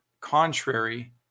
contrary